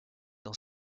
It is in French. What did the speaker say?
dans